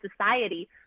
society